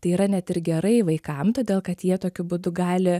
tai yra net ir gerai vaikam todėl kad jie tokiu būdu gali